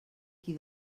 qui